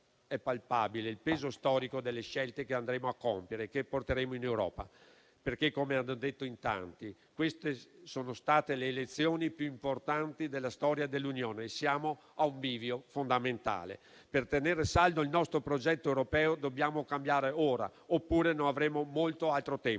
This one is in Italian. il peso storico delle scelte che andremo a compiere e che porteremo in Europa perché, come hanno detto in tanti, queste sono state le elezioni più importanti della storia dell'Unione, siamo a un bivio fondamentale. Per tenere saldo il nostro progetto europeo dobbiamo cambiare ora, oppure non avremo molto altro tempo,